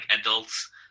adults